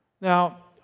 Now